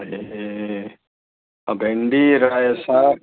ए भेन्डी रायो साग